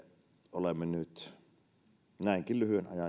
olemme nyt näinkin lyhyen ajan jälkeen